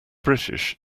british